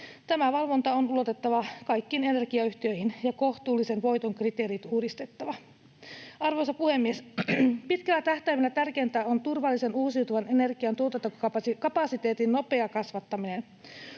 Tämä valvonta on ulotettava kaikkiin energiayhtiöihin ja kohtuullisen voiton kriteerit uudistettava. Arvoisa puhemies! Pitkällä tähtäimellä tärkeintä on turvallisen uusiutuvan energian tuotantokapasiteetin nopea kasvattaminen.